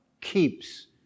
keeps